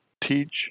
teach